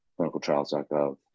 clinicaltrials.gov